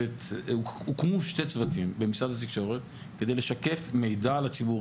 הוקמו שני צוותים במשרד התקשורת כדי לשקף מידע לציבור,